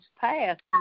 passed